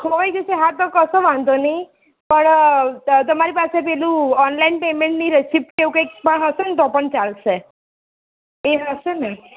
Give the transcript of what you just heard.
ખોવાઈ જશે હા તો કશો વાંધો નહીં પણ ત તમારી પાસે પેલું ઓનલાઈન પેમેન્ટની રિસીપ્ટ કે એવું કંઈ હશે પણ તો પણ ચાલશે એ હશેને